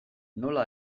nola